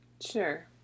Sure